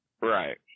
right